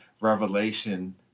revelation